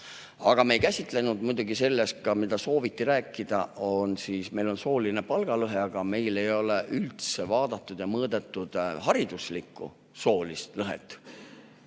Aga me ei käsitlenud muidugi seda, millest sooviti rääkida. Nimelt, meil on sooline palgalõhe, aga meil ei ole üldse vaadatud ega mõõdetud hariduslikku soolist lõhet.